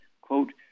quote